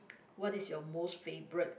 what is your most favourite